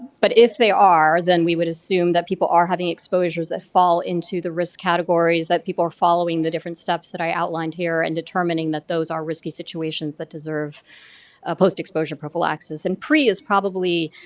but if they are then we would assume that people are having exposures that fall into the risk categories that people are following the different steps that i outlined here and determining that those are risky situations that deserve post-exposure prophylaxis. and pre is probably